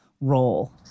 role